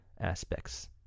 aspects